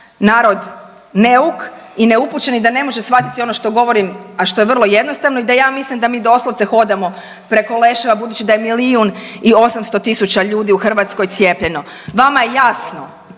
narod neuk i neupućen i da ne može shvatiti ono što govorim, a što je vrlo jednostavno. I da ja mislim da mi doslovce hodamo preko leševa budući da je milijun i 800 000 ljudi u Hrvatskoj cijepljeno. Vama je jasno